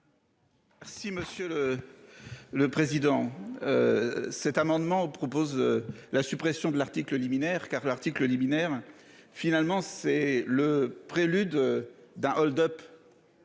Si Monsieur le. Le président. Cet amendement propose la suppression de l'article liminaire car l'article liminaire finalement c'est le prélude d'un hold-up.